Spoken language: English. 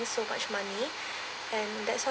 so much money and that's why